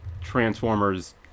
transformers